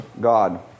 God